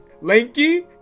lanky